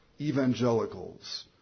evangelicals